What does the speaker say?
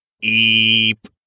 EEP